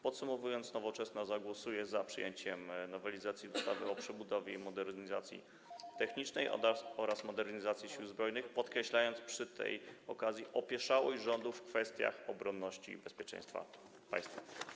Podsumowując, Nowoczesna zagłosuje za przyjęciem nowelizacji ustawy o przebudowie i modernizacji technicznej oraz finansowaniu Sił Zbrojnych, podkreślając przy tej okazji opieszałość rządu w kwestiach obronności i bezpieczeństwa państwa.